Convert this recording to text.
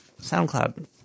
SoundCloud